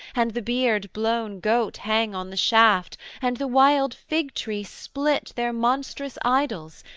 and the beard-blown goat hang on the shaft, and the wild figtree split their monstrous idols,